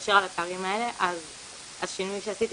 לגשר על הפערים האלה אז השינוי שעשיתי